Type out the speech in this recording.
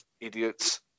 idiots